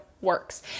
works